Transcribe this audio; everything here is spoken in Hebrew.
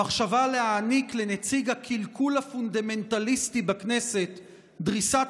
המחשבה להעניק לנציג הקלקול הפונדמנטליסטי בכנסת דריסת